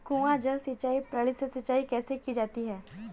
कुआँ जल सिंचाई प्रणाली से सिंचाई कैसे की जाती है?